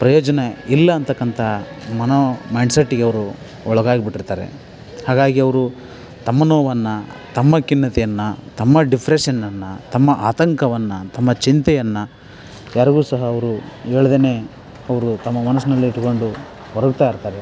ಪ್ರಯೋಜನ ಇಲ್ಲಾಂತಕ್ಕಂತ ಮನೋ ಮೈಂಡ್ ಸೆಟ್ಗೆ ಅವರು ಒಳ್ಗಾಗಿ ಬಿಟ್ಟಿರ್ತಾರೆ ಹಾಗಾಗಿ ಅವರು ತಮ್ಮ ನೋವನ್ನು ತಮ್ಮ ಖಿನ್ನತೆಯನ್ನು ತಮ್ಮ ಡಿಪ್ರೆಷನ್ನನ್ನು ತಮ್ಮ ಆತಂಕವನ್ನು ತಮ್ಮ ಚಿಂತೆಯನ್ನು ಯಾರಿಗು ಸಹ ಅವರು ಹೇಳ್ದೇನೆ ಅವರು ತಮ್ಮ ಮನಸ್ನಲ್ಲಿಟ್ಕೊಂಡು ಕೊರಗ್ತಾಯಿರುತ್ತಾರೆ